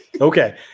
Okay